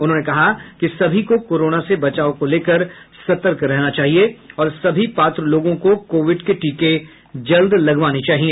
उन्होंने कहा कि सभी को कोरोना से बचाव को लेकर सतर्क रहना चाहिए और सभी पात्र लोगों को कोविड के टीके जल्द लगवाने चाहिए